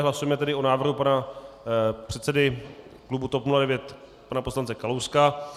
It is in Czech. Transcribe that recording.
Hlasujeme tedy o návrhu pana předsedy klubu TOP 09 pana poslance Kalouska.